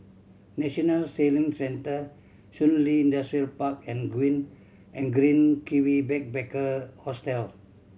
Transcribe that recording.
National Sailing Centre Shun Li Industrial Park and and Green Kiwi Backpacker Hostel